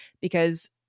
because-